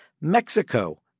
Mexico